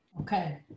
Okay